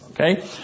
Okay